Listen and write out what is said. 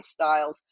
lifestyles